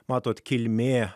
matote kilmė